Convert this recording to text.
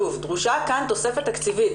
שוב, דרושה כאן תוספת תקציבית.